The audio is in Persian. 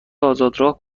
آزادراه